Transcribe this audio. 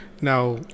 Now